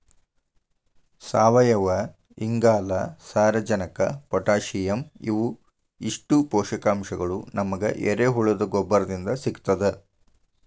ಸಾವಯುವಇಂಗಾಲ, ಸಾರಜನಕ ಪೊಟ್ಯಾಸಿಯಂ ಇವು ಇಷ್ಟು ಪೋಷಕಾಂಶಗಳು ನಮಗ ಎರೆಹುಳದ ಗೊಬ್ಬರದಿಂದ ಸಿಗ್ತದ